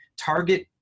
target